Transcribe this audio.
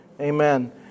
Amen